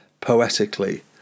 poetically